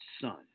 son